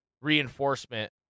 reinforcement